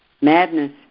Madness